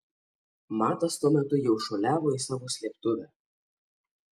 matas tuo metu jau šuoliavo į savo slėptuvę